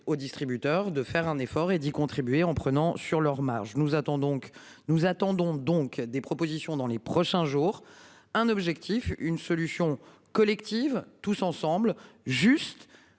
aux distributeurs de faire un effort et d'y contribuer en prenant sur leur marge nous attend donc nous attendons donc des propositions dans les prochains jours, un objectif, une solution collective tous ensemble juste